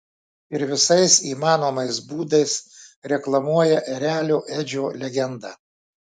ir visais įmanomais būdais reklamuoja erelio edžio legendą